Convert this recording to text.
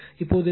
இப்போது டி